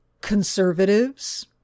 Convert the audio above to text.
conservatives